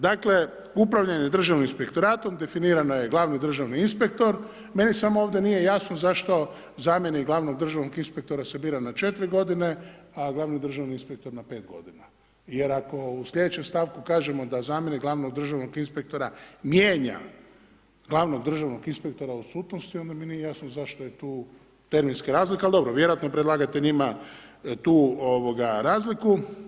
Dakle upravljanje Državnim inspektoratom definirano je glavni državni inspektor, meni samo ovdje nije jasno zašto zamjenik glavnog državnog inspektora se bira na 4 g. a glavni državni inspektor na 5 g. jer ako u slijedećem stavku kažemo da zamjenik glavnog državnog inspektora mijenja glavnog državnog inspektora u odsutnosti, onda mi nije jasno zašto je tu vremenska razlika ali dobro, vjerojatno predlagatelj ima tu razliku.